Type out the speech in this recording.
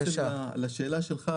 לשאלתך,